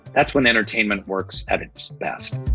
that's when entertainment works at its best.